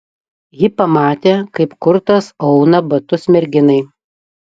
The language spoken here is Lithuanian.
ji pamatė kaip kurtas auna batus merginai